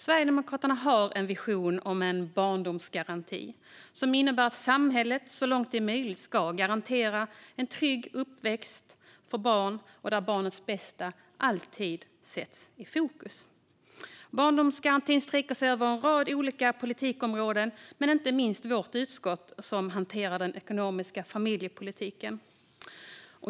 Sverigedemokraterna har en vision om en barndomsgaranti, som innebär att samhället så långt det är möjligt ska garantera en trygg uppväxt för barn där barnets bästa alltid sätts i fokus. Barndomsgarantin sträcker sig över en rad olika politikområden men gäller inte minst vårt utskott, som hanterar den ekonomiska familjepolitiken.